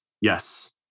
Yes